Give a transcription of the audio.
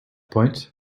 point